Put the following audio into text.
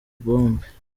bombe